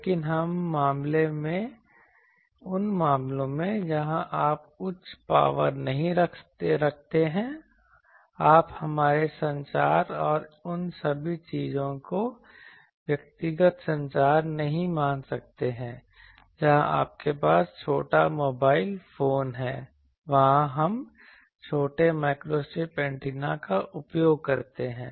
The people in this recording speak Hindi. लेकिन उन मामलों में जहां आप उच्च पावर नहीं रखते हैं आप हमारे संचार और उन सभी चीजों को व्यक्तिगत संचार नहीं मान सकते हैं जहां आपके पास छोटा मोबाइल फोन है वहां हम छोटे माइक्रोस्ट्रिप एंटीना का उपयोग करते हैं